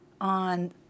on